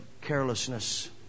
carelessness